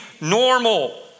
normal